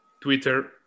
Twitter